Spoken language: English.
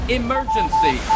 emergency